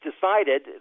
decided